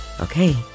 Okay